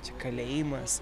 čia kalėjimas